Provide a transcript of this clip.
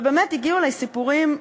ובאמת הגיעו אלי סיפורים,